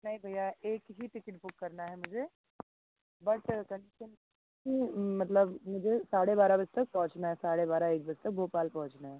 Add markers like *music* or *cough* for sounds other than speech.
नहीं भैया एक ही टिकेट बुक करना है मुझे बट *unintelligible* मतलब मुझे साढ़े बारह बजे तक पहुँचना है साढ़े बारह एक बजे तक भोपाल पहुँचना है